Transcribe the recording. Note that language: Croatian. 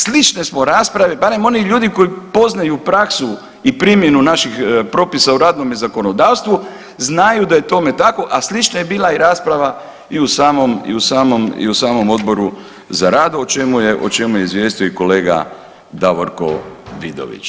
Slične smo rasprave barem oni ljudi koji poznaju praksu i primjenu naših propisa u radnome zakonodavstvu znaju da je tome tako, a slična je bila i rasprava i u samom Odboru za rad o čemu je izvijestio i kolega Davorko Vidović.